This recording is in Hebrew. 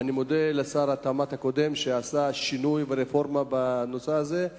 ואני מודה לשר התמ"ת הקודם שעשה שינוי ורפורמה בנושא הזה,